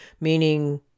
meaning